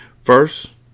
First